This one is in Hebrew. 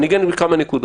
אני אצביע על כמה נקודות.